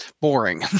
boring